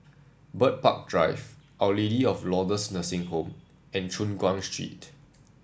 Bird Park Drive Our Lady of Lourdes Nursing Home and Choon Guan Street